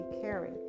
caring